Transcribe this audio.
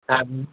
হ্যাঁ আপনি